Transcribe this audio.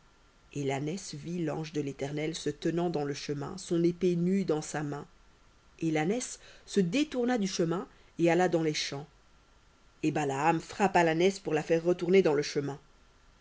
et l'ânesse vit l'ange de l'éternel se tenant dans le chemin son épée nue dans sa main et l'ânesse se détourna du chemin et alla dans les champs et balaam frappa l'ânesse pour la faire retourner dans le chemin